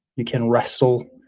you can wrestle,